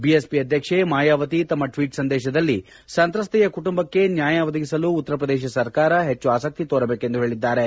BSP ಅಧ್ಯಕ್ಷೆ ಮಾಯಾವತಿ ತಮ್ನ ಟ್ಲೀಟ್ ಸಂದೇಶದಲ್ಲಿ ಸಂತ್ರಸ್ತೆಯ ಕುಟುಂಬಕ್ಕೆ ನ್ನಾಯ ಒದಗಿಸಲು ಉತ್ತರಪ್ರದೇಶ ಸರ್ಕಾರ ಹೆಚ್ಚು ಆಸಕ್ತಿ ತೋರಬೇಕೆಂದು ಹೇಳಿದ್ದಾರೆ